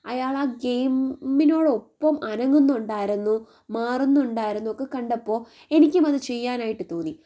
അയാൾ ആ ഗെയിമിനോടൊപ്പം അനങ്ങുന്നുണ്ടായിരുന്നു മാറുന്നുണ്ടായിരുന്നു ഒക്കെ കണ്ടപ്പോൾ എനിക്കും അത് ചെയ്യാനായിട്ട് തോന്നി